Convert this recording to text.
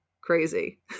crazy